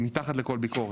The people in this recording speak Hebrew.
היא מתחת לכל ביקורת.